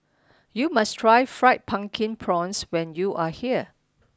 you must try fried pumpkin prawns when you are here